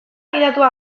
gidatua